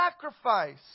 sacrifice